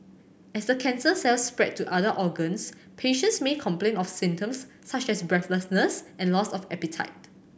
as the cancer cells spread to other organs patients may complain of symptoms such as breathlessness and loss of appetite